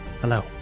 Hello